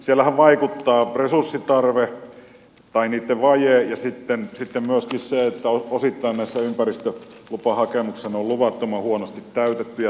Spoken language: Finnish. siellähän vaikuttaa resurssitarve tai resurssien vaje ja sitten myöskin se että osittain nämä ympäristölupahakemukset on luvattoman huonosti täytetty ja tehty